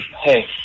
Hey